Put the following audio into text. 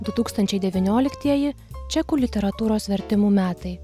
du tūkstančiai devynioliktieji čekų literatūros vertimų metai